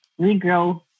Regrow